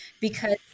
Because-